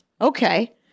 Okay